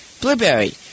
Blueberry